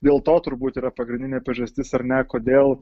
dėl to turbūt yra pagrindinė priežastis ar ne kodėl